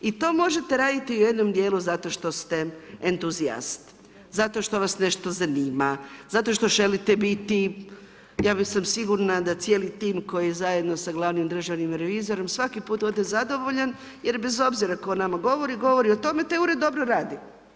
I to možete raditi u jednom dijelu zato što ste entuzijast, zato što vas nešto zanima, zato što želite biti, ja sam sigurna da cijeli tim koji je zajedno sa glavnim državnom revizorom svaki put ode zadovoljan jer bez obzira tko o nama govori, govori o tome taj ured dobro radi.